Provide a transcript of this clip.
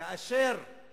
כאשר יש